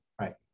Right